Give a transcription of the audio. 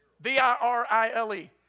V-I-R-I-L-E